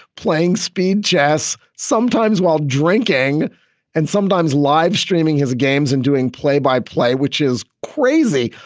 playing speed chess, sometimes while drinking and sometimes livestreaming his games and doing play by play, which is crazy.